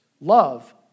Love